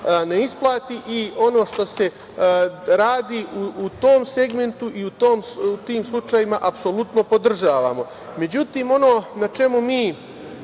ne isplati. Ono što se radi u tom segmentu i u tim slučajevima apsolutno podržavamo.Međutim ono na čemu mi